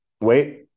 wait